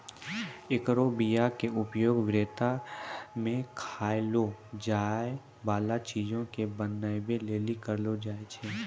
एकरो बीया के उपयोग व्रतो मे खयलो जाय बाला चीजो के बनाबै लेली करलो जाय छै